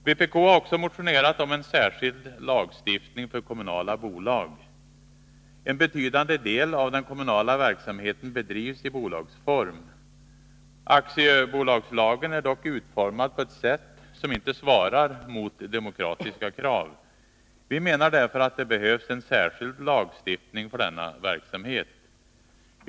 Vpk har också motionerat om en särskild lagstiftning för kommunala bolag. En betydande del av den kommunala verksamheten bedrivs i bolagsform. Aktiebolagslagen är dock utformad på ett sätt som inte svarar mot demokratiska krav. Vi menar därför att det behövs en särskild lagstiftning för denna verksamhet.